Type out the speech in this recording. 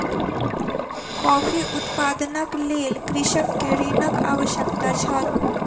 coffee उत्पादनक लेल कृषक के ऋणक आवश्यकता छल